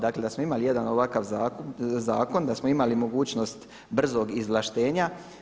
Dakle da smo imali jedan ovakav zakon, da smo imali mogućnost brzog izvlaštenja.